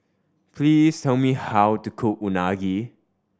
please tell me how to cook Unagi